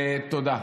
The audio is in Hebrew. תודה.